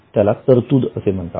त्याला तरतूद असे म्हणतात